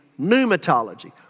pneumatology